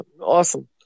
awesome